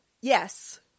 Yes